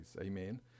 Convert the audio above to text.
Amen